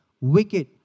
wicked